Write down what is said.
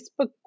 Facebook